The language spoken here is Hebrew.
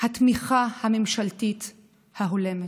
התמיכה הממשלתית ההולמת.